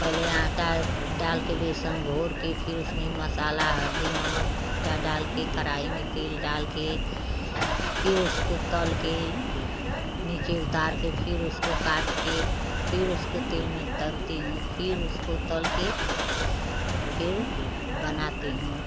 पहले आटा डाल के बेसन घोल के फिर उसमें मसाला हल्दी नमक डाल के कढ़ाई में तेल डाल के फिर उसको तल के नीचे उतार के फिर उसको काट के फिर उसको तेल में तलती हूँ फिर उसको तल के फिर बनाती हूँ